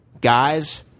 Guys